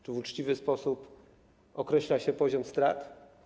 Czy w uczciwy sposób określa się poziom strat?